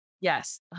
Yes